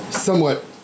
Somewhat